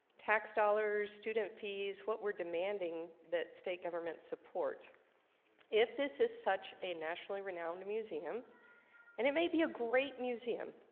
tax dollars student fees what we're demanding that state government support if this is such a nationally renowned museum and it may be a great museum.